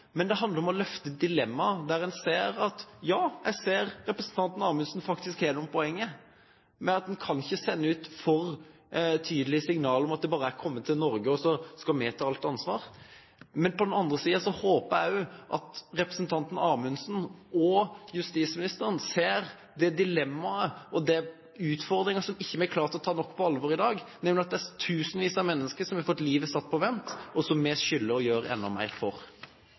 men det handler om å løfte dilemmaet. Jeg ser at representanten Amundsen faktisk har noen poenger med at en kan ikke sende ut for tydelige signaler om at det bare er å komme til Norge og så skal vi ta alt ansvar. På den andre siden håper jeg også at representanten Amundsen og justisministeren ser det dilemmaet og den utfordringen som vi ikke har klart å ta nok på alvor i dag, nemlig at det er tusenvis av mennesker som har fått livet satt på vent, og som vi skylder å gjøre enda mer for.